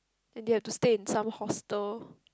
and they have to stay in some hostel